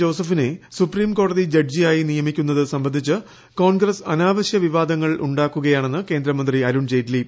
ജോസഫിനെ സുപ്രീം കോടതി ജഡ്ജിയായി നിയമിക്കുന്നത് സംബന്ധിച്ച് കോൺഗ്രസ് അനാവശൃ വിവാദങ്ങൾ ഉണ്ടാക്കുകയാണെന്ന് കേന്ദ്രമന്ത്രി അരുൺ ജെയ്റ്റ്ലി